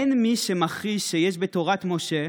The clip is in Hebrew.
דברים שרלוונטיים לנו: "אין מי שמכחיש שיש בתורת משה,